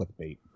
clickbait